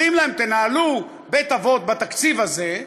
אומרים להם: תנהלו בית-אבות בתקציב הזה,